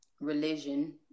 religion